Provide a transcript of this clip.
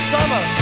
Summer